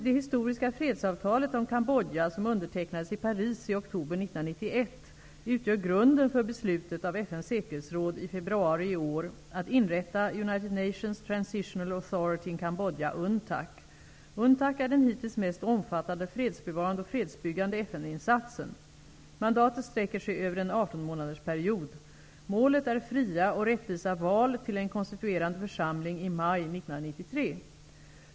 Det historiska fredsavtalet om 1991, utgör grunden för beslutet av FN:s säkerhetsråd i februari i år att inrätta United . UNTAC är den hittills mest omfattande fredsbevarande och fredsbyggande FN-insatsen. Mandatet sträcker sig över en 18-månadersperiod. Målet är fria och rättvisa val till en konstituerande församling i maj 1993.